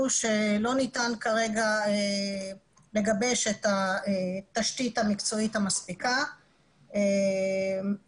שלא ניתן כרגע לגבש את התשתית המקצועית המספיקה לעדכון